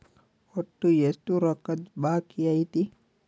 ಒಟ್ಟು ಎಷ್ಟು ರೊಕ್ಕ ಬಾಕಿ ಐತಿ?